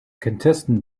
contestant